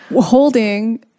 holding